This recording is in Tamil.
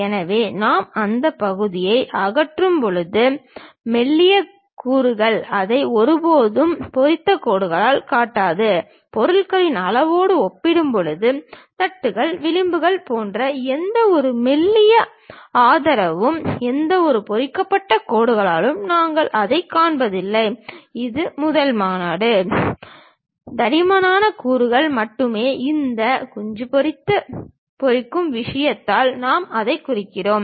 எனவே நாம் அந்த பகுதியை அகற்றும்போது மெல்லிய கூறுகள் அதை ஒருபோதும் பொறித்த கோடுகளால் காட்டாது பொருளின் அளவோடு ஒப்பிடும்போது தட்டுகள் விளிம்புகள் போன்ற எந்தவொரு மெல்லிய ஆதரவும் எந்தவொரு பொறிக்கப்பட்ட கோடுகளாலும் நாங்கள் அதைக் காண்பிப்பதில்லை இது முதல் மாநாடு தடிமனான கூறுகள் மட்டுமே இந்த குஞ்சு பொரிக்கும் விஷயத்தால் நாம் அதைக் குறிக்கிறோம்